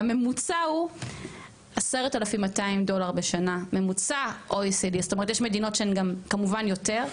והממוצע הוא 10,200 דולר בשנה ממוצע ה- OECD. זאת אומרת יש מדינות שהן גם כמובן יותר,